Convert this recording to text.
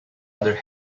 other